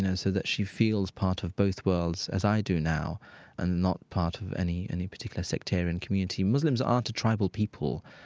so that she feels part of both worlds as i do now and not part of any any particular sectarian community. muslims aren't a tribal people,